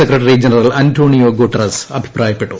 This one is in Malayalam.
സെക്രട്ടറി ജനറൽ അന്റോണിയോ ഗുട്ടറസ് അഭിപ്രായപ്പെട്ടു